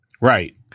right